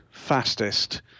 fastest